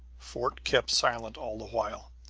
fort kept silent all the while.